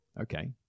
okay